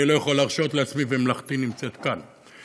אני לא יכול להרשות לעצמי, ומלאכתי נמצאת כאן.